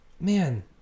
man